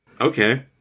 Okay